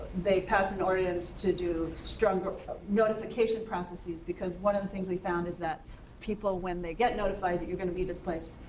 they passed an ordinance to do stronger notification processes because one of the things we found is that people, when they get notified that you're gonna be displaced,